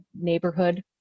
neighborhood